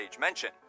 mention